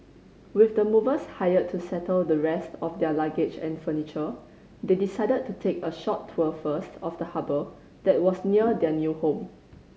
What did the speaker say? with the movers hired to settle the rest of their luggage and furniture they decided to take a short tour first of the harbour that was near their new home